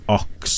ox